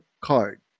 card